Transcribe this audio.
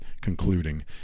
concluding